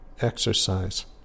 exercise